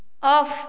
of